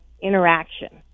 interaction